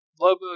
Lobo